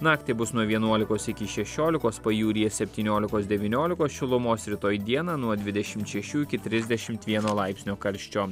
naktį bus nuo vienuolikos iki šešiolikos pajūryje septyniolikos devyniolikos šilumos rytoj dieną nuo dvidešimt šešių iki trisdešimt vieno laipsnio karščio